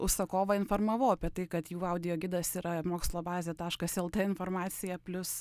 pra užsakovą informavau apie tai kad jų audio gidas yra mokslo bazė taškas lt informacija plius